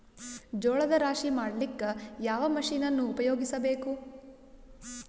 ಜೋಳದ ರಾಶಿ ಮಾಡ್ಲಿಕ್ಕ ಯಾವ ಮಷೀನನ್ನು ಉಪಯೋಗಿಸಬೇಕು?